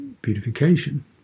beautification